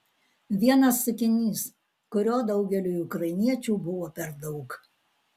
vienas sakinys kurio daugeliui ukrainiečių buvo per daug